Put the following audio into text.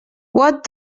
what